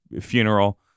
funeral